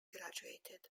graduated